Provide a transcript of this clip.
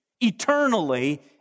eternally